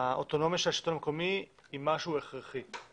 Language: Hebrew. האוטונומיה של השלטון המקומי היא משהו שהוא הכרחי,